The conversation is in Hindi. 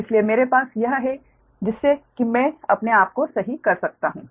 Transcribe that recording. इसलिए मेरे पास यह है जिससे कि मैं अपने आप को सही कर सकता हूं